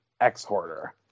X-Hoarder